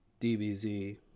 DBZ